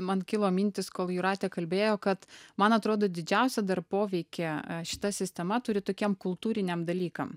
man kilo mintys kol jūratė kalbėjo kad man atrodo didžiausią dar poveikį šita sistema turi tokiem kultūriniam dalykam